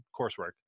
coursework